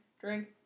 drink